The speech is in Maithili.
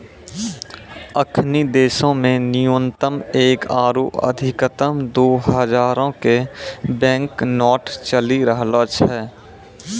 अखनि देशो मे न्यूनतम एक आरु अधिकतम दु हजारो के बैंक नोट चलि रहलो छै